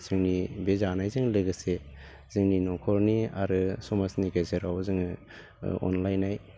जोंनि बे जानायजों लोगोसे जोंनि न'खरनि आरो समाजनि गेजेराव जोङो अनलायनाय